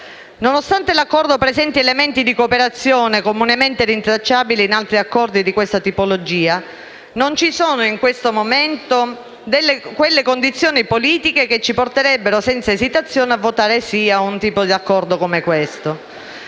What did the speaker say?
Nonostante l'Accordo presenti elementi di cooperazione comunemente rintracciabili in altri accordi di questa tipologia, non ci sono in questo momento quelle condizioni politiche che ci porterebbero senza esitazione a votare sì a un accordo di questo